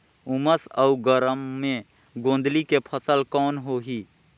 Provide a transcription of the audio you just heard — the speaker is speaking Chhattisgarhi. उमस अउ गरम मे गोंदली के फसल कौन होही?